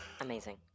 amazing